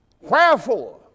Wherefore